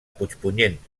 puigpunyent